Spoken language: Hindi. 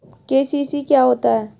के.सी.सी क्या होता है?